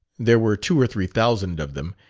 there were two or three thousand of them,